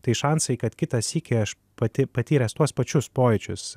tai šansai kad kitą sykį aš pati patyręs tuos pačius pojūčius